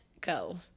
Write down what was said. go